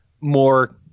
more